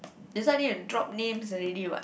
this one need to drop names already what